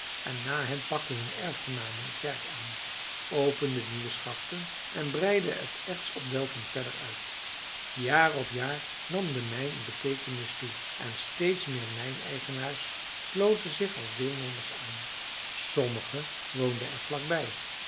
en na hen pakten hun erfgenamen het werk aan openden nieuwe schachten en breidden het ertsopdelven verder uit jaar op jaar nam de mijn in beteekenis toe en steeds meer mijneigenaars sloten zich als deelnemers aan sommige woonden er vlak